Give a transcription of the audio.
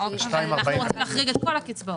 אה, סליחה, להחריג את כל הקצבאות?